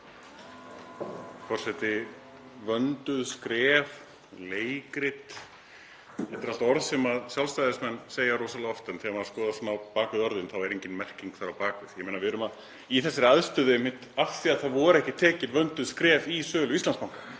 Forseti. Vönduð skref og leikrit — þetta eru allt orð sem Sjálfstæðismenn segja rosalega oft en þegar maður skoðar svona á bak við orðin er engin merking þar á bak við. Ég meina, við erum í þessari aðstöðu einmitt af því að það voru ekki tekin vönduð skref í sölu Íslandsbanka.